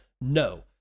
No